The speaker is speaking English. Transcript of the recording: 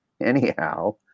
anyhow